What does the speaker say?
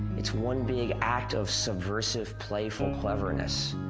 it's one big act of subversive playful cleverness,